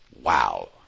Wow